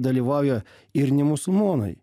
dalyvauja ir ne musulmonai